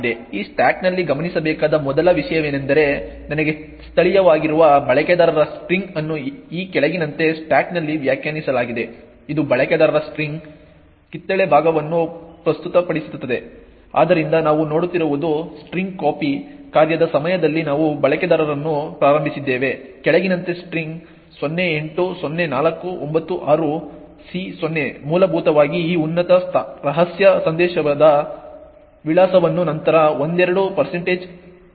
ಈ ಸ್ಟಾಕ್ನಲ್ಲಿ ಗಮನಿಸಬೇಕಾದ ಮೊದಲ ವಿಷಯವೆಂದರೆ ನನಗೆ ಸ್ಥಳೀಯವಾಗಿರುವ ಬಳಕೆದಾರ ಸ್ಟ್ರಿಂಗ್ ಅನ್ನು ಈ ಕೆಳಗಿನಂತೆ ಸ್ಟಾಕ್ನಲ್ಲಿ ವ್ಯಾಖ್ಯಾನಿಸಲಾಗಿದೆ ಇದು ಬಳಕೆದಾರರ ಸ್ಟ್ರಿಂಗ್ ಕಿತ್ತಳೆ ಭಾಗವನ್ನು ಪ್ರಸ್ತುತಪಡಿಸುತ್ತದೆ ಆದ್ದರಿಂದ ನಾವು ನೋಡುತ್ತಿರುವುದು strcpy ಕಾರ್ಯದ ಸಮಯದಲ್ಲಿ ನಾವು ಕೆಳಗಿನಂತೆ ಸ್ಟ್ರಿಂಗ್ 08 04 96 C0 ಮೂಲಭೂತವಾಗಿ ಈ ಉನ್ನತ ರಹಸ್ಯ ಸಂದೇಶದ ವಿಳಾಸವನ್ನು ನಂತರ ಒಂದೆರಡು xs ಮತ್ತು ನಂತರ s ಬಳಕೆದಾರರನ್ನು ಪ್ರಾರಂಭಿಸಿದ್ದೇವೆ